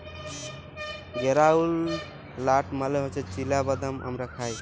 গেরাউলড লাট মালে হছে চিলা বাদাম আমরা খায়